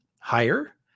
higher